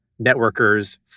networkers